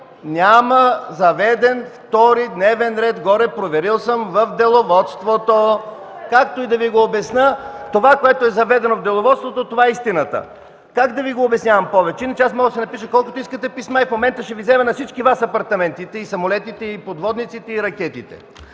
няма заведен втори дневен ред, проверил съм в Деловодството. (Шум и реплики.) Както и да Ви обясня това, което е въведено в Деловодството –е истината. Как да Ви го обяснявам повече? Иначе, аз мога да си напиша колкото искате писма и в момента ще Ви взема на всички и апартаментите, и самолетите, и подводниците, и ракетите.